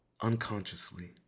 unconsciously